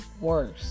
worse